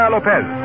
Lopez